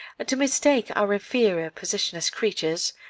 to mistake our inferior position as creatures,